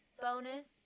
bonus